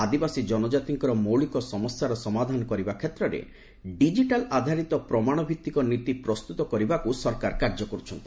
ଆଦିବାସୀ ଜନଜାତିଙ୍କର ମୌଳିକ ସମସ୍ୟାର ସମାଧାନ କରିବା କ୍ଷେତ୍ରରେ ଡିଜିଟାଲ୍ ଆଧାରିତ ପ୍ରମାଣ ଭିତ୍ତିକ ନୀତି ପ୍ରସ୍ତୁତ କରିବାକୁ ସରକାର କାର୍ଯ୍ୟ କରୁଛନ୍ତି